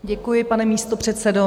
Děkuji, pane místopředsedo.